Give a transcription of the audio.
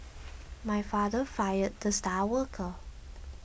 my father fired the star worker